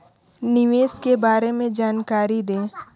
निवेश के बारे में जानकारी दें?